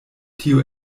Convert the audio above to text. tio